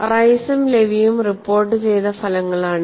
റൈസും ലെവിയും റിപ്പോർട്ടുചെയ്ത ഫലങ്ങളാണിവ